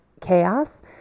chaos